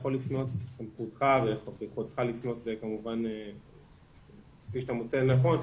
בסמכותך וביכולתך לפנות כפי שאתה מוצא לנכון.